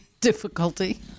difficulty